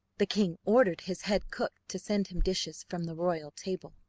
the king ordered his head cook to send him dishes from the royal table.